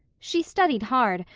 she studied hard,